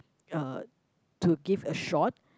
uh to give a shot